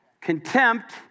contempt